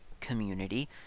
community